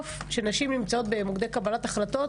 שבסוף כשנשים נמצאות במוקדי קבלת החלטות,